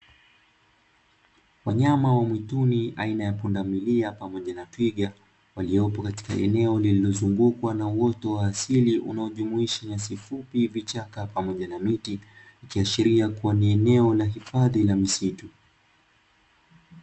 Wanyama wa mwituni aina ya pundamilia pamoja na twiga, waliopo katika eneo lililozungukwa na uoto wa asili unaojumuisha nyasi fupi, vichaka pamoja na miti, kiashiria kuwa ni eneo la hifadhi ya misitu.